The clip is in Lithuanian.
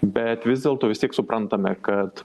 bet vis dėlto vis tiek suprantame kad